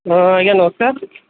ହଁ ଆଜ୍ଞା ନମସ୍କାର